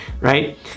right